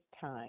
time